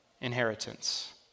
inheritance